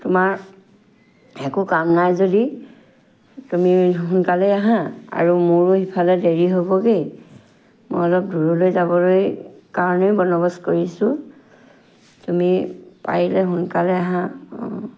তোমাৰ একো কাম নাই যদি তুমি সোনকালে আহা আৰু মোৰো সিফালে দেৰি হ'বগৈ মই অলপ দূৰলৈ যাবলৈ কাৰণেই বনবস্ত কৰিছোঁ তুমি পাৰিলে সোনকালে আহা অঁ